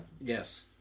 Yes